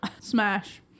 Smash